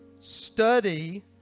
Study